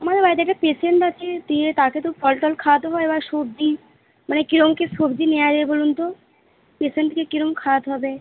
আমাদের বাড়িতে একটা পেশেন্ট আছে দিয়ে তাকে তো ফল টল খাওয়াতে হবে এবার সবজি মানে কিরকম কি সবজি নেওয়া যায় বলুন তো পেশেন্টকে কিরম খাওয়াতে হবে